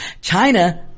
China